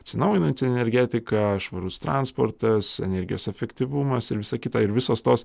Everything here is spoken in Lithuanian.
atsinaujinanti energetika švarus transportas energijos efektyvumas ir visa kita ir visos tos